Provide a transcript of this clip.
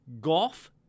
golf